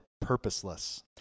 purposeless